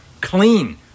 clean